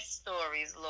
stories